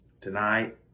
Tonight